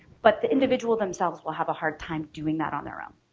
but the individual themselves will have a hard time doing that on their own.